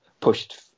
pushed